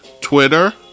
Twitter